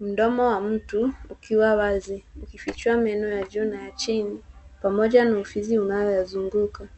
Mdomo wa mtu ukiwa wazi ukifichua meno ya juu na ya chini pamoja na ufizi unaoyazunguka.